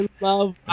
love